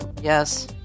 yes